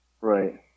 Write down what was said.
Right